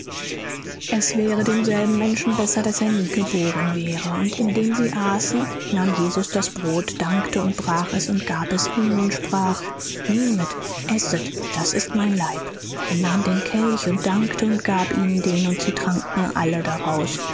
es wäre demselben menschen besser daß er nie geboren wäre und indem sie aßen nahm jesus das brot dankte und brach es und gab es ihnen und sprach nehmet esset das ist mein leib und nahm den kelch und dankte und gab ihnen den und sie tranken alle daraus